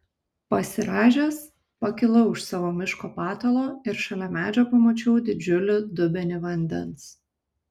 pasirąžęs pakilau iš savo miško patalo ir šalia medžio pamačiau didžiulį dubenį vandens